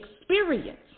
experience